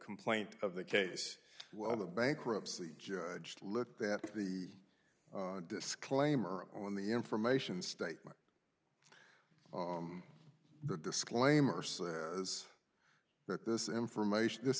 complaint of the case well the bankruptcy judge looked at the disclaimer on the information statement the disclaimer is that this information this